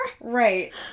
Right